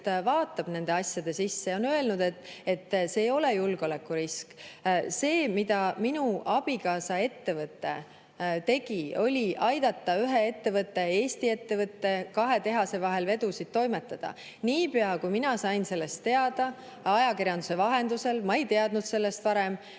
vaatab nende asjade sisse, ja on öelnud, et see ei ole julgeolekurisk. See, mida minu abikaasa ettevõte tegi, oli aidata ühe ettevõtte, Eesti ettevõtte kahe tehase vahel vedusid toimetada. Niipea, kui mina sain sellest teada ajakirjanduse vahendusel – ma ei teadnud sellest varem